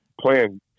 playing